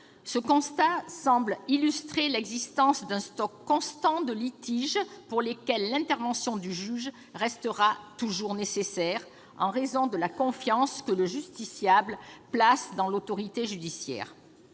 Ce constat semble illustrer l'existence d'un stock constant de litiges pour lesquels l'intervention du juge sera toujours nécessaire, en raison de la confiance que le justiciable place dans l'autorité judiciaire.